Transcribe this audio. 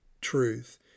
truth